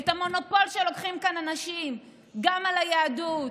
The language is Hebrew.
את המונופול שלוקחים כאן אנשים על היהדות,